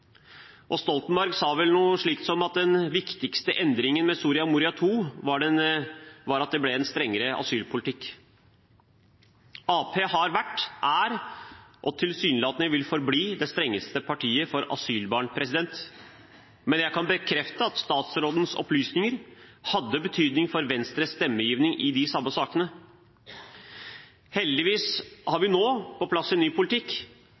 Og Stoltenberg sa vel noe slikt som at den viktigste endringen med Soria Moria II var at det ble en strengere asylpolitikk. Arbeiderpartiet har vært, er og vil tilsynelatende forbli det strengeste partiet for asylbarn, men jeg kan bekrefte at statsrådens opplysninger hadde betydning for Venstres stemmegivning i de samme sakene. Heldigvis har vi nå på plass en ny politikk.